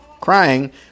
crying